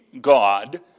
God